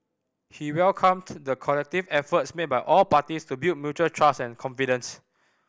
he welcomed the collective efforts made by all parties to build mutual trust and confidence